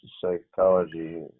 psychology